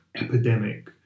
epidemic